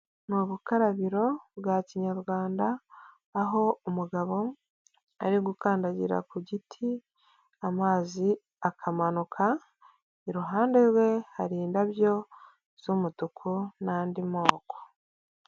Ni ubukarabiro bwa kinyarwanda aho umugabo ari gukandagira ku giti amazi akamanuka, iruhande rwe hari indabyo z'umutuku n'andi moko.